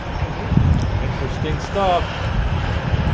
i do interesting stuff yeah